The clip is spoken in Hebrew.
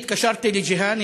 אני התקשרתי לג'יהאן,